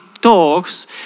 Talks